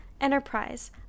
enterprise